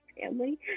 family